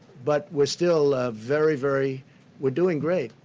but we're still very, very we're doing great,